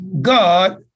God